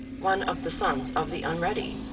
one of the sons of the unready,